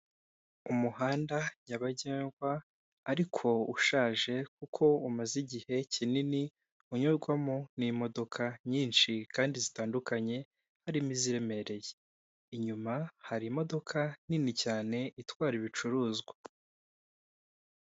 Umuhanda nyabagendwa ariko ushaje kuko umaze igihe kinini unyurwamo n'imodoka nyinshi kandi zitandukanye harimo iziremereye, inyuma hari imodoka nini cyane itwara ibicuruzwa.